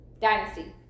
Dynasty